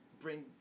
bring